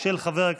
חוק ומשפט,